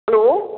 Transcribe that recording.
hello